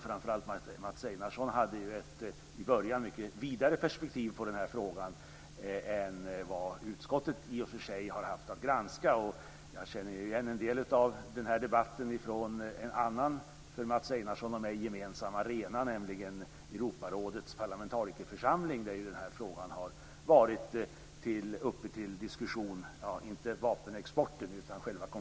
Framför allt Mats Einarsson hade i början av sitt anförande ett mycket vidare perspektiv på den här frågan än vad utskottet har haft att granska. Jag känner igen en del av den debatten från en annan för Mats Einarsson och mig gemensam arena, nämligen från Europarådets parlamentarikerförsamling där den här konflikten och insatserna har varit uppe till diskussion.